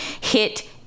hit